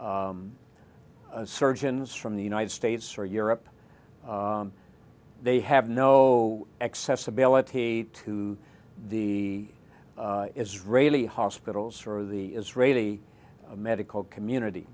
surgeons from the united states or europe they have no accessibility to the israeli hospitals for the israeli medical community